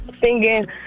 singing